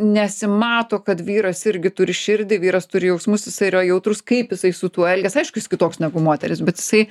nesimato kad vyras irgi turi širdį vyras turi jausmus jisai yra jautrus kaip jisai su tuo elgias aišku jis kitoks negu moteris bet jisai